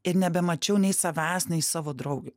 ir nebemačiau nei savęs nei savo draugių